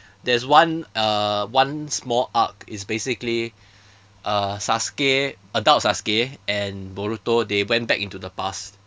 there is one uh one small arc it's basically uh sasuke adult sasuke and boruto they went back into the past